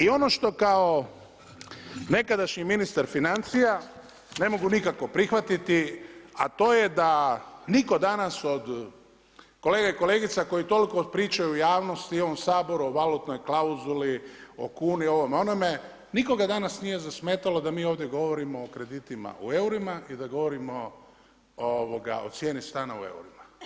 I ono što kao nekadašnji ministar financija ne mogu nikako prihvatiti, a to je da nitko danas od kolege i kolegica koji toliko pričaju u javnosti u ovom Saboru o valutnoj klauzuli, o kuni, ovome, onome, nikoga danas nije zasmetalo da mi ovdje govorimo o kreditima u eurima i da govorimo o cijeni stana u eurima.